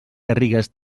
garrigues